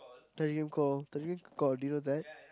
Telegram call Telegram call do you know that